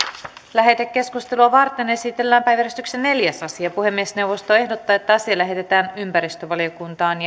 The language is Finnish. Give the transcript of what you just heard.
lähetekeskustelua varten esitellään päiväjärjestyksen neljäs asia puhemiesneuvosto ehdottaa että asia lähetetään ympäristövaliokuntaan